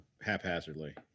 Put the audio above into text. haphazardly